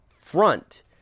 front